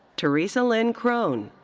teresa lyn crone.